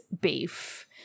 beef